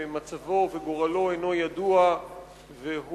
שמצבו וגורלו המדויקים אינם ידועים,